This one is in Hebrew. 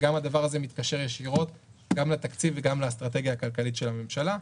וגם הדבר הזה מתקשר ישירות גם לתקציב וגם לאסטרטגיה הכלכלית של הממשלה.